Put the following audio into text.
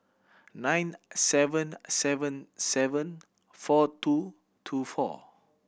nine seven seven seven four two two four